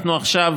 אנחנו עכשיו